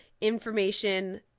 information